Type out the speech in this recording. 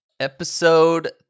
Episode